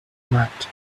marked